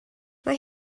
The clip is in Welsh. mae